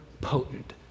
potent